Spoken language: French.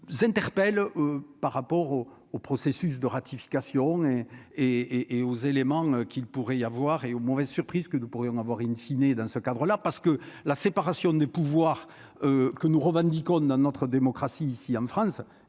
interpelle, par rapport au au processus de ratification et et et aux éléments qu'il pourrait y avoir et aux mauvaises surprises que nous pourrions avoir, in fine, et dans ce cadre-là, parce que la séparation des pouvoirs que nous revendiquons dans notre démocratie, ici en France,